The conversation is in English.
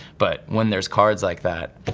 but when there's cards like that,